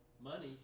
money